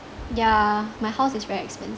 yeah my house is very expensive